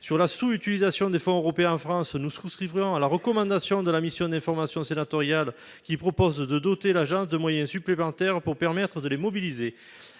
sur la sous-utilisation de fonds européens, en France, nous serons se livrant à la recommandation de la mission d'information sénatoriale qui propose de doter l'agence de moyens supplémentaires pour permettre de les mobiliser